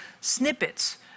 snippets